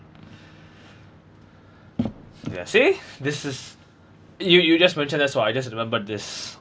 ya see this is you you just mentioned that's why I just remember this